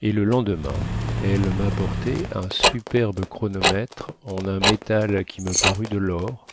et le lendemain elle mapportait un superbe chronomètre en un métal qui me parut de lor